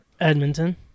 Edmonton